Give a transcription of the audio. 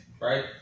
right